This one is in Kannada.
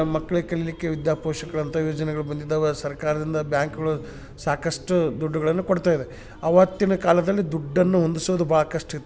ಮಕ್ಳಿಗೆ ಕಲಿಯಲಿಕ್ಕೆ ವಿದ್ಯಾ ಪೋಷಕಗಳಂಥ ಯೋಜನೆಗಳು ಬಂದಿದಾವೆ ಅದು ಸರ್ಕಾರದಿಂದ ಬ್ಯಾಂಕ್ಗಳು ಸಾಕಷ್ಟು ದುಡ್ಡುಗಳನ್ನು ಕೊಡ್ತಾ ಇದೆ ಅವತ್ತಿನ ಕಾಲದಲ್ಲಿ ದುಡ್ಡನ್ನು ಹೊಂದಿಸೋದು ಭಾಳ ಕಷ್ಟ ಇತ್ತು